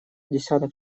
десяток